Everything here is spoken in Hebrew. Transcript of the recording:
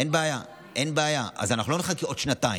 אין בעיה, אז אנחנו לא נחכה עוד שנתיים.